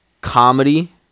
comedy